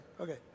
Okay